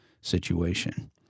situation